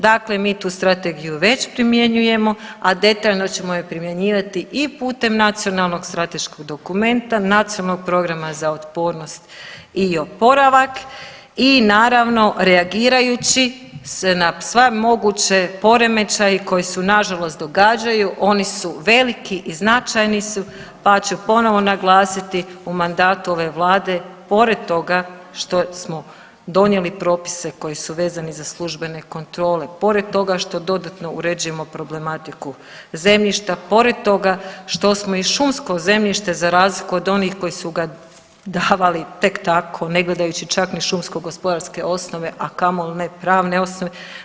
Dakle, mi tu strategiju već primjenjujemo, a detaljno ćemo je primjenjivati i putem Nacionalnog strateškog dokumenta, Nacionalnog programa za otpornost i oporavak i naravno reagirajući na sve moguće poremećaje koji se na žalost događaju oni su veliki i značajni su, pa ću ponovno naglasiti u mandatu ove Vlade pored toga što smo donijeli propise koji su vezani za službene kontrole, pored toga što dodatno uređujemo problematiku zemljišta, pored toga što smo i šumsko zemljište za razliku od onih koji su ga davali tek tako ne gledajući čak šumsko-gospodarske osnove, a kamoli ne pravne osnove.